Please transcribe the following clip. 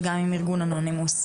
וגם עם ארגון אנונימוס.